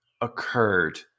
occurred